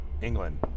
England